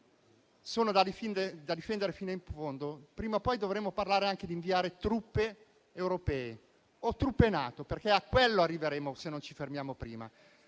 siano da difendere fino in fondo. Prima o poi dovremo parlare di inviare anche truppe europee o truppe NATO, perché a quello arriveremo, se non ci fermiamo prima.